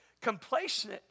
complacent